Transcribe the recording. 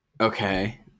Okay